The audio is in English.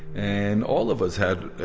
and all of us had